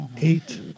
Eight